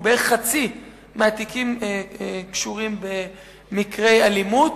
בערך חצי מהתיקים קשורים במקרי אלימות,